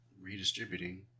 redistributing